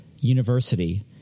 university